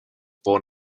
born